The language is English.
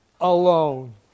alone